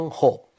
hope